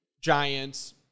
Giants